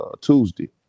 Tuesday